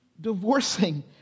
divorcing